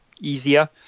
easier